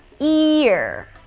Ear